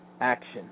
action